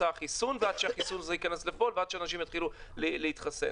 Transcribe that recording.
חיסון ועד שהחיסון ייכנס לפועל ואנשים יתחילו להתחסן.